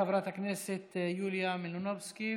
חברת הכנסת יוליה מלינובסקי,